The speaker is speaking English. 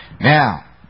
Now